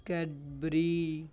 Cadbury